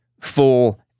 full